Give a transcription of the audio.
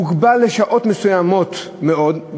מוגבל בשעות מסוימות מאוד,